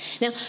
Now